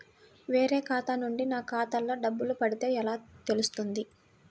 వేరే ఖాతా నుండి నా ఖాతాలో డబ్బులు పడితే ఎలా తెలుస్తుంది?